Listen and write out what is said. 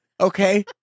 Okay